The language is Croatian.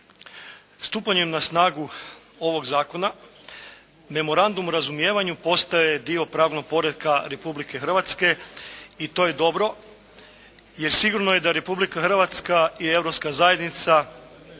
Stupanjem na snagu ovog Zakona, memorandum o razumijevanju postaje dio pravnog poretka Republike Hrvatske i to je dobro, jer sigurno je da Republika Hrvatska i Europska zajednica